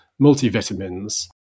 multivitamins